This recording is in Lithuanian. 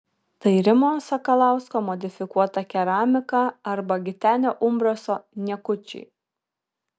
tai rimo sakalausko modifikuota keramika arba gitenio umbraso niekučiai